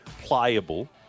pliable